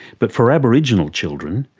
but for aboriginal children,